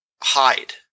hide